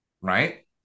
Right